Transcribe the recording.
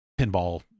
Pinball